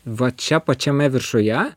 va čia pačiame viršuje